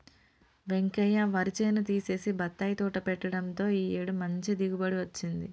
వెంకయ్య వరి చేను తీసేసి బత్తాయి తోట పెట్టడంతో ఈ ఏడు మంచి దిగుబడి వచ్చింది